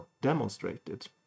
demonstrated